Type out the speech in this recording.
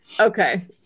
Okay